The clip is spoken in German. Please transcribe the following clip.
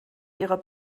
ihrer